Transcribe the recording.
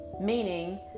meaning